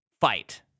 fight